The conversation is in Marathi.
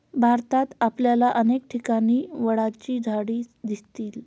भारतात आपल्याला अनेक ठिकाणी वडाची झाडं दिसतील